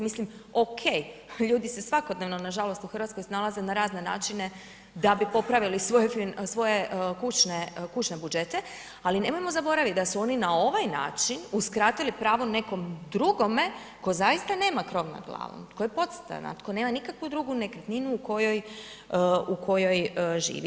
Mislim OK, ljudi se svakodnevno nažalost u Hrvatskoj snalaze na razne načine da bi popravili svoje kućne budžete ali nemojmo zaboraviti da su oni na ovaj način uskratili pravo nekom drugome tko zaista nema krov nad glavom, tko je podstanar, tko nema nikakvu drugu nekretninu u kojoj živi.